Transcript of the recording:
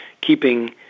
keeping